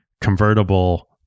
convertible